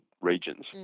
regions